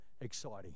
exciting